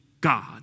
God